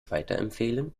weiterempfehlen